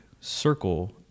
Circle